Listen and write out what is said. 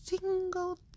single